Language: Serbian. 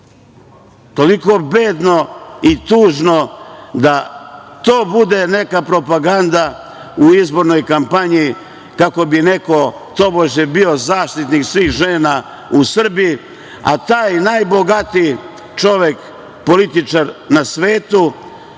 toliko bedno i tužno da to bude neka propaganda u izbornoj kampanji, kako bi neko, tobože, bio zaštitnik svih žena u Srbiji, a taj najbogatiji čovek, političar na svetu,